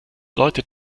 leute